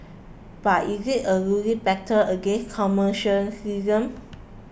but is it a losing battle against commercialism